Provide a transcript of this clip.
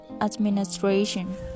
Administration